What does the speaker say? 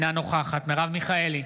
נוכחת מרב מיכאלי,